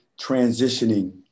transitioning